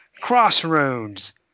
Crossroads